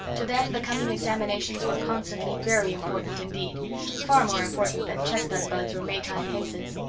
to them the coming examinations were constantly very important indeed far more important than chestnut buds or maytime hazes.